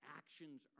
actions